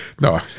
no